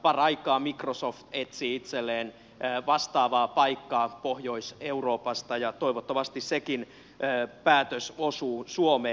paraikaa microsoft etsii itselleen vastaavaa paikkaa pohjois euroopasta ja toivottavasti sekin päätös osuu suomeen